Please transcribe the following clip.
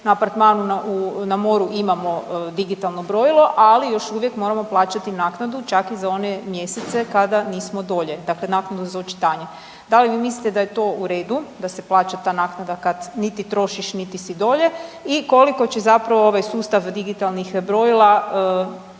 na apartmanu na moru imamo digitalno brojilo ali još uvijek moramo plaćati naknadu čak i za one mjesece kada nismo dolje, dakle naknadu za očitanje. Da li vi mislite da je to u redu da se plaća ta naknada kad niti trošiš niti si dolje i koliko će zapravo ovaj sustava digitalnih brojila spriječiti